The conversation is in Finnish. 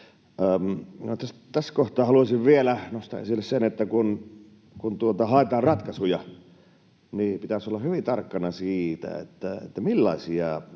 Tässä kohtaa haluaisin vielä nostaa esille sen, että kun haetaan ratkaisuja, niin pitäisi olla hyvin tarkkana siitä, millaisiin